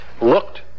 looked